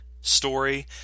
story